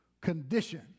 condition